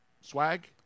Swag